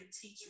teach